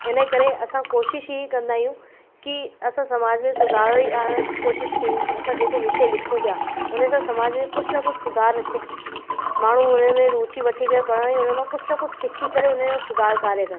इन ई करे असां कोशिश ईअं ई कंदा आहियूं कि असां समाज में सुधारो ई आणणु कोशिश कयूं असां जेको विषय लिखूं पिया उन सां समाज में कुझु न कुझु सुधार अचे माण्हू हुन में रुचि वठी करे पढ़ण जा उन मां कुझु न कुझु सिखी करे उन जो सुधार करे